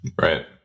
Right